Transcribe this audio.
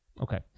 Okay